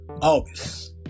August